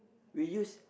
we use